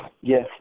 Yes